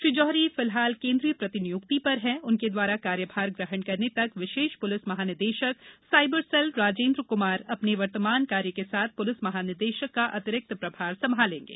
श्री जौहरी फिलहाल केन्द्रीय प्रतिनियुक्ति पर हैं उनके द्वारा कार्यभार ग्रहण करने तक विशेष पुलिस महानिदेशक सायबर सेल राजेन्द्र कुमार अपने वर्तमान कार्य के साथ पुलिस महानिदेशक का अतिरिक्त प्रभार संभालेंगे